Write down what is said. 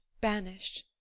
banished